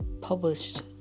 published